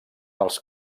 els